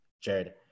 Jared